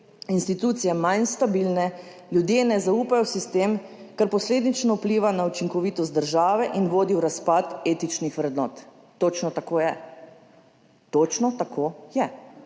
institucije manj stabilne, ljudje ne zaupajo v sistem, kar posledično vpliva na učinkovitost države in vodi v razpad etičnih vrednot. Točno tako je. Točno tako je.